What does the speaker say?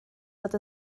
fod